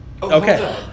Okay